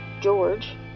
George